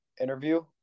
interview